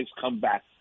comeback